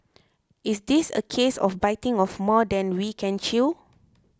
is this a case of biting off more than we can chew